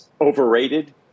overrated